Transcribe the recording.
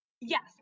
Yes